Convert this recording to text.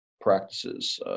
practices